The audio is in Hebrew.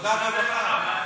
עבודה ורווחה.